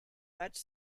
much